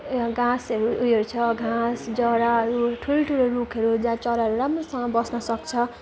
घाँसहरू उयोहरू छ घाँस जराहरू ठुल्ठुलो रुखहरू जहाँ चराहरू राम्रोसँग बस्न सक्छ